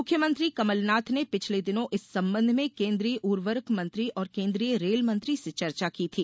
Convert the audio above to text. मुख्यमंत्री कमलनाथ ने पिछले दिनों इस संबंध में केन्द्रीय उर्वरक मंत्री और केन्द्रीय रेल मंत्री से चर्चा की थी